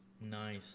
Nice